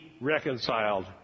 reconciled